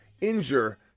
injure